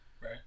Right